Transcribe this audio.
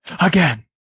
Again